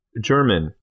German